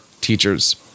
teachers